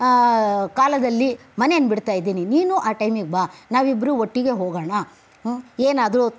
ಕಾಲದಲ್ಲಿ ಮನೆಯನ್ನ ಬಿಡ್ತಾಯಿದ್ದೀನಿ ನೀನು ಆ ಟೈಮಿಗೆ ಬಾ ನಾವಿಬ್ಬರು ಒಟ್ಟಿಗೆ ಹೋಗೋಣ ಏನಾದರೂ